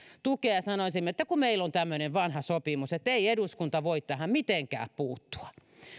tukea ja sanoisimme että kun meillä on tämmöinen vanha sopimus että ei eduskunta voi tähän mitenkään puuttua